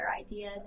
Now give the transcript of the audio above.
idea